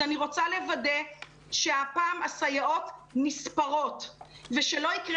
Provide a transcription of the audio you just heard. אז אני רוצה לוודא שהפעם הסייעות נספרות ושלא יקרה